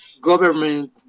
government